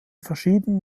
verschiedenen